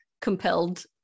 compelled